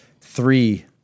three